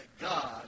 God